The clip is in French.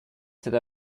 cette